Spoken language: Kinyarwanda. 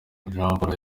jamporo